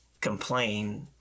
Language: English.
complain